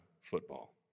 football